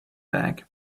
bag